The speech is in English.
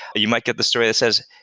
you might get the story that says,